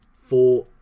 four